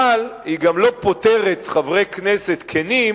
אבל היא גם לא פוטרת חברי כנסת כנים